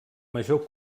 major